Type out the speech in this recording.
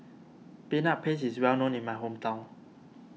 Peanut Paste is well known in my hometown